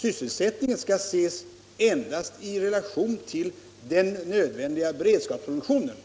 Sysselsättningen skall ses endast i relation till den nödvändiga beredskapsproduktionen,